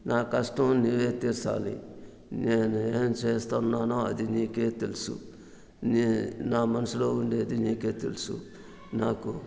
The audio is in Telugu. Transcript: నా కష్టం నీవే తీర్చాలి నేనేమి చేస్తున్నానో అది నీకే తెలుసు నేను నా మనసులో ఉండేది నీకే తెలుసు నాకు